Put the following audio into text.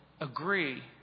agree